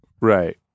Right